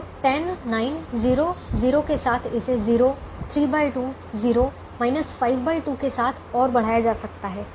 तो 10 9 0 0 के साथ इसे 0 32 0 52 के साथ और बढ़ाया जा सकता है